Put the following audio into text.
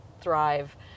thrive